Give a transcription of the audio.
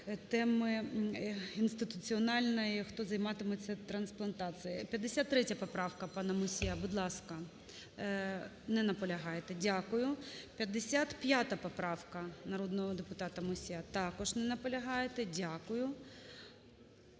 теми інституціональної, хто займатиметься трансплантацією. 53 поправка пана Мусія. Будь ласка. Не наполягаєте. Дякую. 55 поправка народного депутата Мусія. Також не наполягаєте. Дякую.